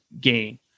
gain